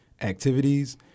activities